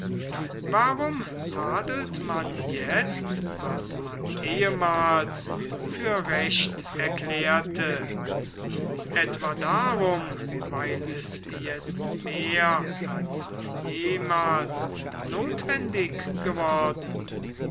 warum tadelt man jetzt was man ehmals für recht erklärte etwa darum weil es jetzt mehr als jemals notwendig geworden